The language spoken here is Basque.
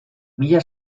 mila